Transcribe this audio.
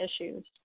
issues